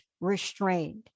restrained